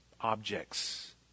objects